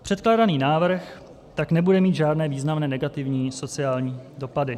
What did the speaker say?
Předkládaný návrh tak nebude mít žádné významné negativní sociální dopady.